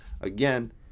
Again